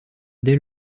dès